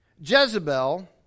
Jezebel